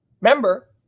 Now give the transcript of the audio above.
Remember